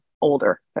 older